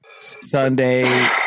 Sunday